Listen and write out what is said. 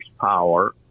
power